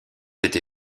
été